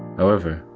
however,